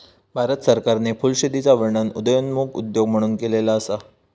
भारत सरकारने फुलशेतीचा वर्णन उदयोन्मुख उद्योग म्हणून केलेलो असा